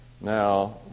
Now